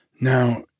Now